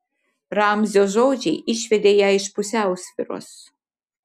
ramzio žodžiai išvedė ją iš pusiausvyros